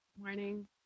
Morning